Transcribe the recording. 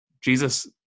Jesus